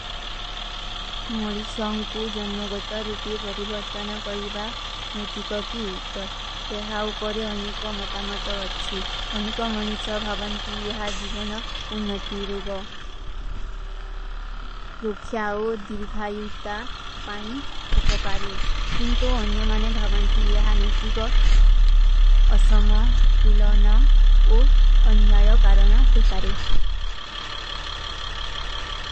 ମୋଲୀ ସଂକୂ ଜନ୍ମଗତରୂପେ ବରିଵର୍ତନ କହିବା ନୁଈତି କା କୀ ହୁତ୍ତର। ଯହା ଉପରେ ହନ୍ଯେ କା ମତା ମତା ହଚ୍ଛୀ। ହନ୍ଯେ କା ମନିଚ୍ଛା ଭାଵନ୍ତୀ ଯହା ଜୀଵନ ଓନ୍ନତୀ ରୋଗା। ରୋଖ୍ଯାଓ ଦିରିଖାଈ ଉତ୍ତା ପାଇଂଟ ଉପକାରେଲ। କିଂଟୋ ଅନ୍ଯମାନେ ଭାଵନ୍ତୀ ଯହା ନୁଈତି କା ଅସମା ତୁଲାନା ଓ ଅନ୍ଯାଯା କାରଣା ହୋଈ ପାରେ।